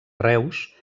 reus